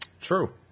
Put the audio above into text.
True